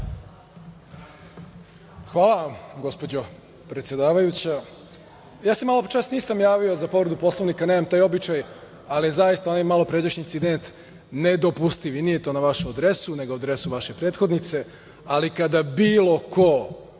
Hvala vam, gospođo predsedavajuća. Ja se maločas nisam javio za povredu Poslovnika, nemam taj običaj, ali zaista onaj malopređašnji incident nedopustiv je i nije na vašu adresu, nego na adresu vaše prethodnice. Ali kada bilo ko,